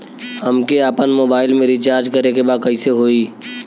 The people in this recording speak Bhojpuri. हमके आपन मोबाइल मे रिचार्ज करे के बा कैसे होई?